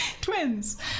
Twins